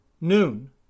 noon